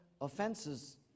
offenses